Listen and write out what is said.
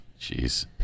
Jeez